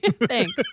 thanks